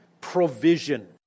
provision